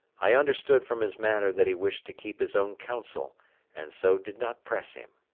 i understood from his manner that he wished to keep his own counsel and so did not press him.